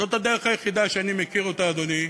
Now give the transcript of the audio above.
זו הדרך היחידה שאני מכיר, אדוני,